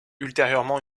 ultérieurement